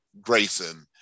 grayson